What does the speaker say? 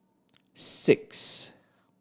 six